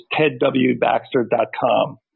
tedwbaxter.com